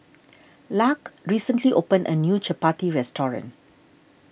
Lark recently opened a new Chapati restaurant